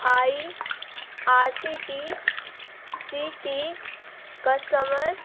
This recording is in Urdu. آئی آر سی ٹی سی کی کسٹمر